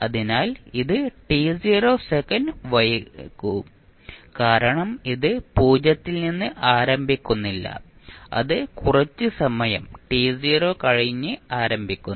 അതിനാൽ ഇത് സെക്കൻഡ് വൈകും കാരണം ഇത് 0 ൽ നിന്ന് ആരംഭിക്കുന്നില്ല അത് കുറച്ച് സമയം കഴിഞ്ഞ് ആരംഭിക്കുന്നു